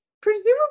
presumably